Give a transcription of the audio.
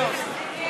בעד